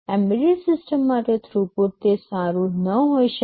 embedded system માટે throughput તે સારું ન હોઈ શકે